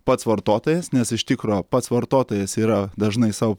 pats vartotojas nes iš tikro pats vartotojas yra dažnai sau